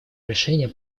решения